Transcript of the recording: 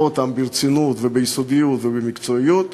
אותם ברצינות וביסודיות ובמקצועיות,